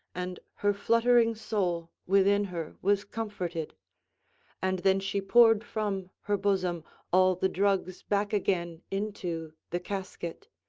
and her fluttering soul within her was comforted and then she poured from her bosom all the drugs back again into the casket.